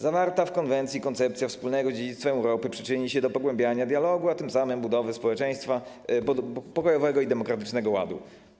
Zawarta w konwencji koncepcja wspólnego dziedzictwa Europy przyczyni się do pogłębienia dialogu, a tym samym do budowy pokojowego i demokratycznego ładu.